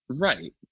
right